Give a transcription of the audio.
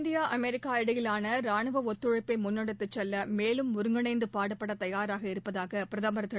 India America இடையிலான ரானுவ ஒத்துழைப்பை முன்னெடுத்துச் செல்ல மேலும் ஒருங்கிணைந்து பாடுபட தயாராக இருப்பதாக பிரதமர் திரு